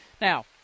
Now